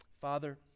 Father